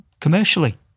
commercially